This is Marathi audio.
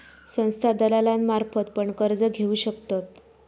संस्था दलालांमार्फत पण कर्ज घेऊ शकतत